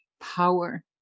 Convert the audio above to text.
power